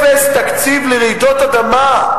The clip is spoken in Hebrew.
אפס תקציב לרעידות אדמה.